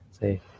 say